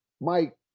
Mike